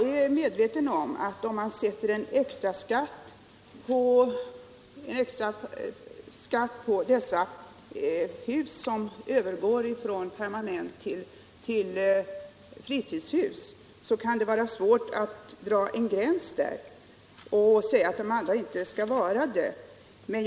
Om man vill ha en extra skatt på hus som övergår från permanentbostad till fritidshus, så kan det vara svårt att dra gränsen och undanta övriga fritidshus från den skatten.